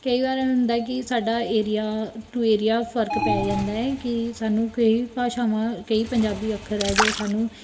ਕਈ ਵਾਰ ਹੁੰਦਾ ਕਿ ਸਾਡਾ ਏਰੀਆ ਟੂ ਏਰੀਆ ਫਰਕ ਪੈ ਜਾਂਦਾ ਕਿ ਸਾਨੂੰ ਕਈ ਭਾਸ਼ਾਵਾਂ ਕਈ ਪੰਜਾਬੀ ਅੱਖਰ ਹੈ ਜੋ ਸਾਨੂੰ